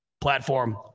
platform